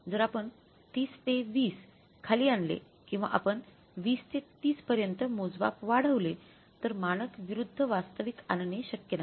जर आपण 30 ते 20 खाली आणले किंवा आपण 20 ते 30 पर्यंत मोजमाप वाढवले तर मानक विरूद्ध वास्तविक आणणे शक्य नाही